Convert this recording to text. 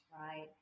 right